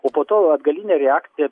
o po to atgaline reakcija